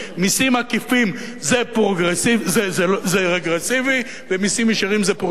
מסים עקיפים זה רגרסיבי ומסים ישירים זה פרוגרסיבי?